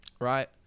Right